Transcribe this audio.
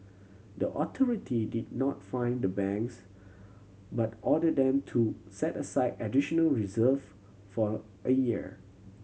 the authority did not fine the banks but order them to set aside additional reserve for a year